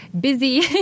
busy